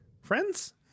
friends